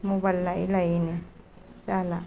mobile लायै लायैनो जाला